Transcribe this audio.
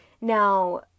Now